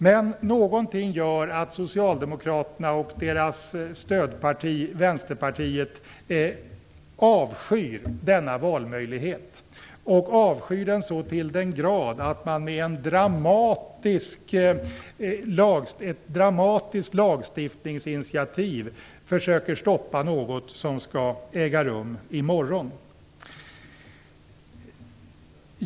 Men någonting gör att Socialdemokraterna och deras stödparti Vänsterpartiet avskyr denna valmöjlighet och avskyr den så till den grad att man med ett dramatiskt lagstiftningsinitiativ försöker stoppa något som skall äga rum i morgon.